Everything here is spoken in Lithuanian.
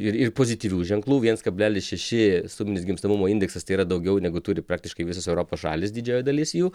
ir ir pozityvių ženklų viens kablelis šeši suminis gimstamumo indeksas tai yra daugiau negu turi praktiškai visos europos šalys didžioji dalis jų